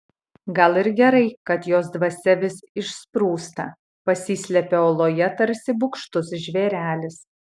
gal ir gerai kad jos dvasia vis išsprūsta pasislepia oloje tarsi bugštus žvėrelis